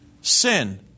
sin